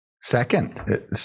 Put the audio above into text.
Second